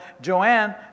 Joanne